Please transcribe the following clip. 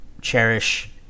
cherish